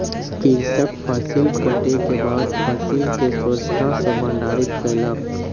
कृषक फसिल कटै के बाद फसिल के स्वच्छता सॅ भंडारित कयलक